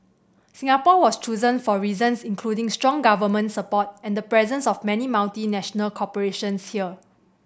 Singapore was chosen for reasons including strong government support and the presence of many multinational corporations here